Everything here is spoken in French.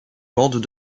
bandes